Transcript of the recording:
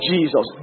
Jesus